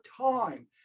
time